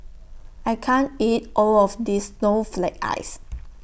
I can't eat All of This Snowflake Ice